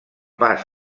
pas